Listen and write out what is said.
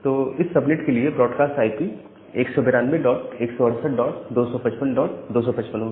तो इस सबनेट के लिए ब्रॉडकास्ट आईपी 192168255255 होगा